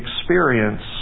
experience